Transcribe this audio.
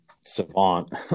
savant